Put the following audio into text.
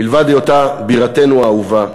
מלבד היותה בירתנו האהובה,